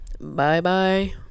bye-bye